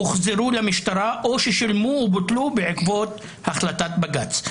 הוחזרו למשטרה או ששולמו ובוטלו בעקבות החלטת בג״ץ.